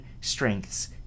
strengths